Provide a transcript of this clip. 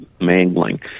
mangling